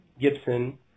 Gibson